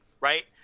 right